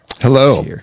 Hello